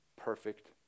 perfect